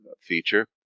feature